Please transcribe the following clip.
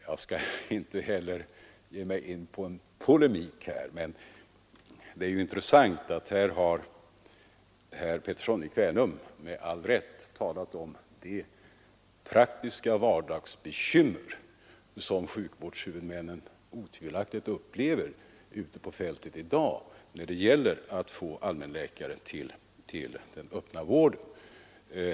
Jag skall inte heller ge mig in på polemik, men det är intressant att notera att herr Pettersson i Kvänum med all rätt har talat om de praktiska bekymmer som sjukvårdshuvudmännen otvivelaktigt upplever ute på fältet i dag när det gäller att få allmänläkare till den öppna vården.